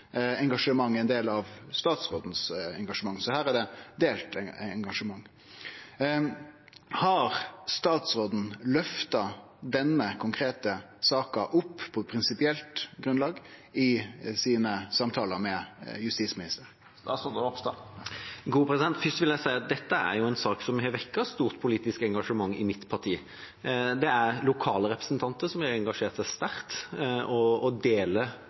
engasjement. Har statsråden på eit prinsipielt grunnlag løfta denne konkrete saka opp i samtalane med justisministeren? Først vil jeg si at dette er en sak som har vekket et stort politisk engasjement i mitt parti. Det er lokale representanter som har engasjert seg sterkt og